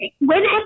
whenever